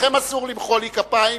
לכם אסור למחוא לי כפיים,